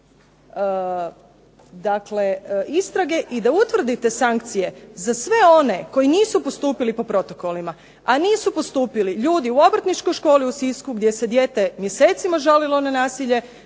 istrage i da utvrdite sankcije za sve one koji nisu postupili po protokolima. A nisu postupili ljudi u Obrtničkoj školi u Sisku gdje se dijete mjesecima žalilo na nasilje,